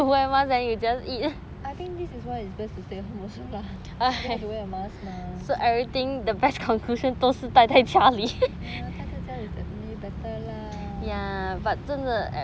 I think this is why it's best to stay at home also lah then don't need to wear a mask mah 呆在家里 is definitely better lah ya